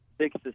six